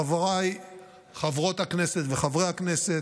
חבריי חברות הכנסת וחברי הכנסת,